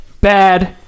bad